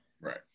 Right